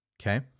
Okay